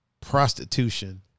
prostitution